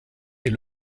est